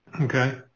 okay